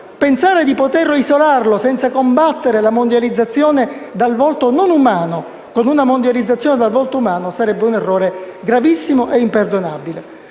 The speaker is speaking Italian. pensare di poterlo isolare senza combattere la mondializzazione dal volto non umano con una mondializzazione dal volto umano sarebbe un errore gravissimo e imperdonabile.